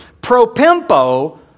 Pro-pimpo